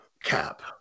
cap